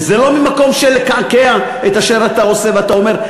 וזה לא ממקום של לקעקע את אשר אתה עושה ואתה אומר.